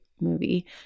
movie